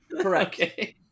Correct